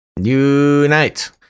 unite